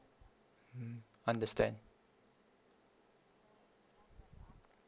mm understand